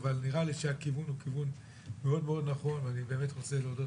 אבל נראה לי שהכיוון מאוד נכון ואני רוצה להודות